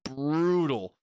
brutal